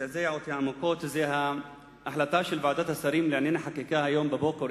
שזעזע אותי עמוקות הוא החלטת ועדת השרים לענייני חקיקה מהיום בבוקר,